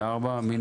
84. הצבעה בעד,